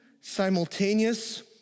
simultaneous